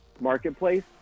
marketplace